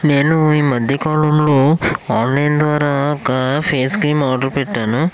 నేను ఈ మధ్య కాలంలో ఆన్లైన్ ద్వారా ఒక పేస్ క్రీమ్ ఆర్డర్ పెట్టాను